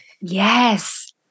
Yes